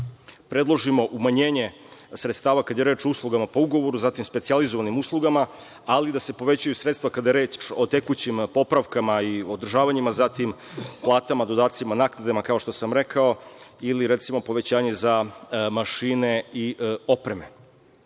predložimo umanjenje sredstava kada je reč o uslugama po ugovoru, zatim specijalizovanim uslugama, ali i da se povećaju sredstva kada je reč o tekućim popravkama i održavanjima, zatim platama, dodacima i naknadama, kao što sam rekao, ili, recimo, povećanje za mašine i opreme. Ovom